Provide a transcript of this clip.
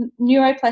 neuroplasticity